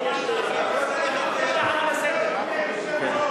אני יכול ללכת?